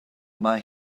mae